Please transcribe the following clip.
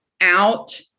out